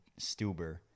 Stuber